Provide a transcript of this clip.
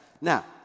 Now